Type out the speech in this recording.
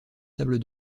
sables